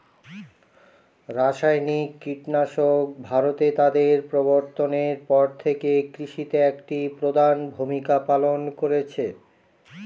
রাসায়নিক কীটনাশক ভারতে তাদের প্রবর্তনের পর থেকে কৃষিতে একটি প্রধান ভূমিকা পালন করেছে